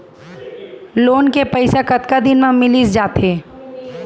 Loan के पइसा कतका दिन मा मिलिस जाथे?